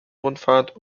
rundfahrt